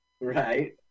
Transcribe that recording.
Right